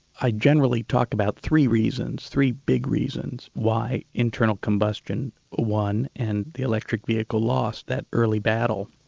i generally talk about three reasons, three big reasons, why internal combustion won and the electric vehicle lost that early battle.